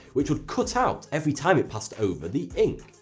which would cut out every time it passed over the ink.